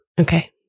Okay